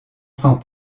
sans